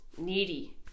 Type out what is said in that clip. needy